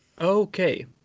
okay